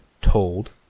told